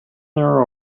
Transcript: their